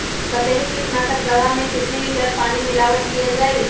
कतेक किटनाशक दवा मे कितनी लिटर पानी मिलावट किअल जाई?